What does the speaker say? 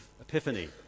epiphany